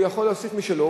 הוא יכול להוסיף משלו.